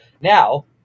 Now